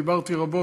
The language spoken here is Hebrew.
דיברתי רבות,